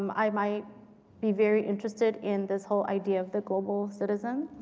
um i might be very interested in this whole idea of the global citizen,